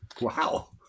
Wow